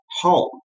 home